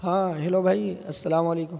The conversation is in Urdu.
ہاں ہیلو بھائی السلام علیکم